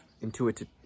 Intuitive